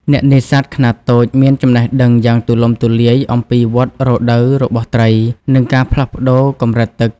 អ្នកនេសាទខ្នាតតូចមានចំណេះដឹងយ៉ាងទូលំទូលាយអំពី វដ្តរដូវ របស់ត្រី និងការផ្លាស់ប្តូរកម្រិតទឹក។